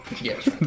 Yes